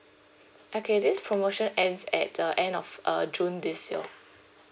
okay this promotion ends at the end of uh june this year